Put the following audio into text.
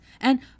and—